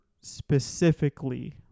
specifically